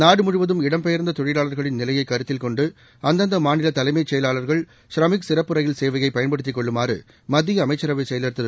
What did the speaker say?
நாடு முழுவதும் இடம் பெயர்ந்த தொழிலாளர்களின் நிலையைக் கருத்தில் கொண்டு அந்தந்த மாநில தலைமை செயலாளர்கள் ஷ்ராமிக் சிறப்பு ரயில் சேவையைப் பயன்படுத்திக் கொள்ளுமாறு மத்திய அமைச்சரவை செயலர் திரு